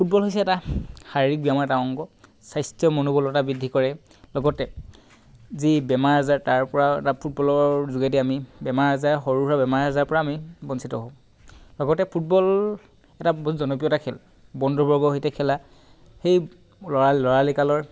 football হৈছে এটা শাৰিৰীক ব্যায়ামৰ এটা অংগ স্বাস্থ্যৰ মনোবলতা বৃদ্ধি কৰে লগতে যি বেমাৰ আজাৰ তাৰপৰা ফুটবলৰ যোগেদি আমি বেমাৰ আজাৰ সৰু সুৰা বেমাৰ আজাৰৰ পৰা আমি বঞ্চিত হওঁ লগতে ফুটবল এটা বহু জনপ্ৰিয়তা খেল বন্ধুবৰ্গৰ সৈতে খেলা সেই ল'ৰালি ল'ৰালি কালৰ